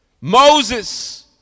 Moses